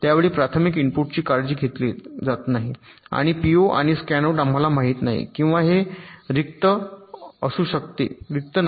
यावेळी प्राथमिक इनपुटची काळजी घेतली जात नाही आणि पीओ आणि स्कॅनआउट आम्हाला माहित नाही किंवा हे रिक्त असू शकत नाही